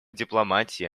дипломатии